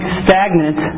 stagnant